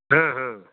ହଁ ହଁ